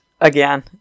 again